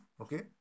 okay